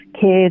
kids